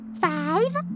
five